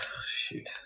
shoot